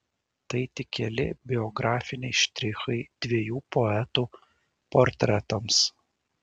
tai tik keli biografiniai štrichai dviejų poetų portretams